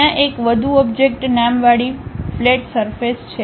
ત્યાં એક વધુ ઓબ્જેક્ટ નામવાળી ફલેટ સરફેસછે